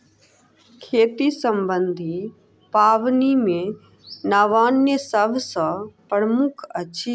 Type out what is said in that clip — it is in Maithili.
खेती सम्बन्धी पाबनि मे नवान्न सभ सॅ प्रमुख अछि